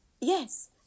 yes